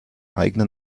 eigenen